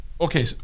Okay